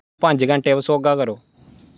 पं'ज घैंटे पर सौह्गा करो